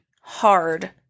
hard